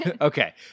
Okay